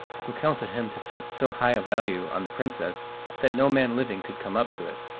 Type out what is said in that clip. who counselled him to set so high a value on the princess that no man living could come up to it.